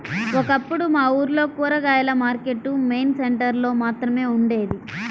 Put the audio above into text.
ఒకప్పుడు మా ఊర్లో కూరగాయల మార్కెట్టు మెయిన్ సెంటర్ లో మాత్రమే ఉండేది